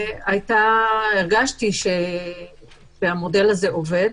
הרגשתי שהמודל הזה עובד,